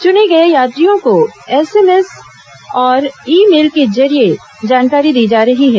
चुने गए यात्रियों को एसएमएस और ई मेल के जरिए जानकारी दी जा रही है